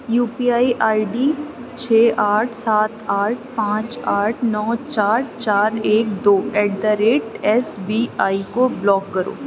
you P I I D چھ آٹھ سات آٹھ پانچ آٹھ نو چار چار ایک دو at the rate S B I کو بلاک کرو